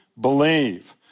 believe